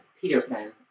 Peterson